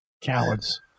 cowards